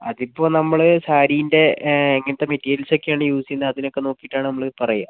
അതിപ്പോൾ നമ്മൾ സാരീൻ്റെ എങ്ങനത്തെ മെറ്റീരിയൽസ് ഒക്കെയാണ് യൂസ് ചെയ്യുന്നത് അതിനൊക്കെ നോക്കിയിട്ടാണ് നമ്മൾ പറയുക